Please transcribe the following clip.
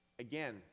Again